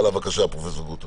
בבקשה, פרופ' גרוטו.